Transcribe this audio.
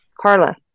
Carla